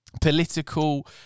Political